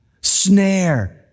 snare